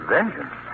Vengeance